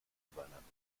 übereinander